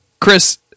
Chris